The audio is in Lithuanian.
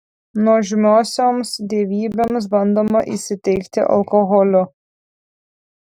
nuožmiosioms dievybėms bandoma įsiteikti alkoholiu